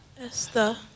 Esther